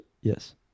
yes